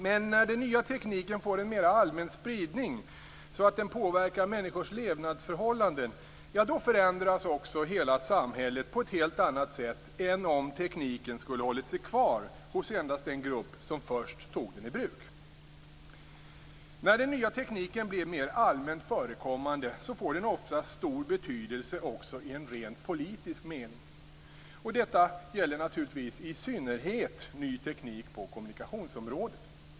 Men när den nya tekniken får en mer allmän spridning så att den påverkar människors levnadsförhållanden förändras också hela samhället på ett helt annat sätt än om tekniken skulle ha hållit sig kvar hos endast den grupp som först tog den i bruk. När den nya tekniken blir mer allmänt förekommande får den ofta stor betydelse också i en rent politisk mening. Detta gäller naturligtvis i synnerhet ny teknik på kommunikationsområdet.